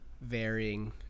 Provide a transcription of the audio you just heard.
varying